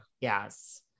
Yes